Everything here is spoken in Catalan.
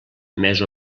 més